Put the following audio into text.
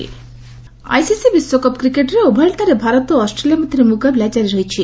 ICC ICC ବିଶ୍ୱକପ୍ କ୍ରିକେଟ୍ରେ ଓଭାଲ୍ଠରେ ଭାରତ ଓ ଅଷ୍ଟ୍ରେଲିଆ ମଧ୍ୟରେ ମ୍ରକାବିଲା ଜାରି ରହିଛି